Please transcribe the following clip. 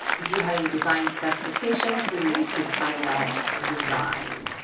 do you have any design specifications for your youtube thumbnail design?